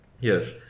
Yes